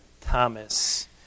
Thomas